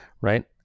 right